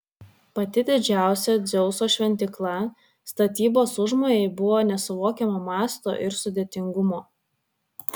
pati didžiausia dzeuso šventykla statybos užmojai buvo nesuvokiamo masto ir sudėtingumo